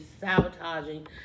sabotaging